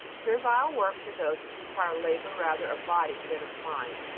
servile works are those which require labor rather of body than of mind.